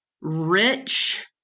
rich